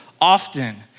often